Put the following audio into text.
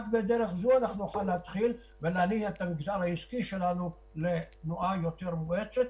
רק בדרך הזו נוכל להתחיל להניע את המגזר העסקי שלנו בתנועה יותר מואצת.